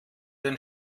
den